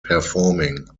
performing